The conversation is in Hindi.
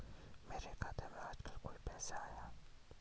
मेरे खाते में आजकल कोई पैसा आया?